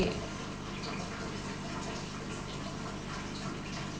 okay